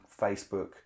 Facebook